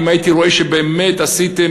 אם הייתי רואה שבאמת עשיתם,